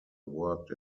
worked